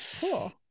cool